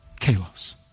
Kalos